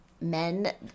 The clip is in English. men